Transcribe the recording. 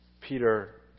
Peter